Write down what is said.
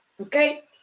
Okay